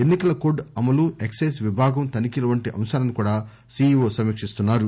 ఎన్ని కల కోడ్ అమలు ఎక్సెజు విభాగం తనిఖీలు వంటి అంశాలను కూడా సిఇఒ సమీకిస్తున్నా రు